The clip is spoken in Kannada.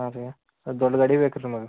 ಹಾಂ ರೀ ದೊಡ್ಡ ಗಾಡಿ ಬೇಕ್ರೀ ನಿಮ್ಗೆ